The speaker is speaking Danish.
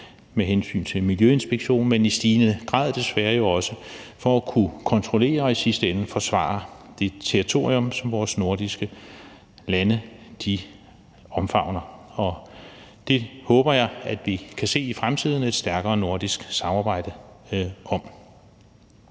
med hensyn til miljøinspektion, men i stigende grad desværre jo også for at kunne kontrollere og i sidste ende forsvare det territorium, som vores nordiske lande omfavner. Det håber jeg at vi i fremtiden kan se et stærkere nordisk samarbejde om.